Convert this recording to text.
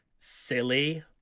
silly